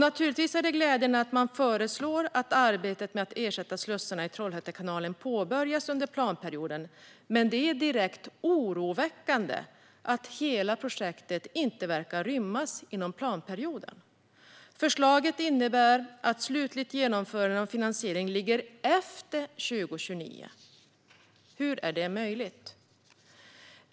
Givetvis är det glädjande att man föreslår att arbetet med att ersätta slussarna i Trollhätte kanal påbörjas under planperioden, men det är direkt oroväckande att hela projektet inte verkar rymmas inom samma planperiod. Förslaget innebär att slutligt genomförande och finansiering ligger efter 2029. Hur är det möjligt?